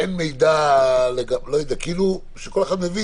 שאין מידע לגביו או משהו כזה.